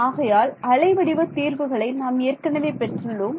ஆகையால் அலை வடிவ தீர்வுகளை நாம் ஏற்கனவே பெற்றுள்ளோம்